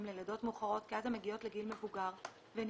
ללידות מאוחרות כי אז הן מגיעות לגיל מבוגר והן